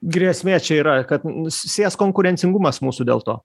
grėsmė čia yra kad n sės konkurencingumas mūsų dėl to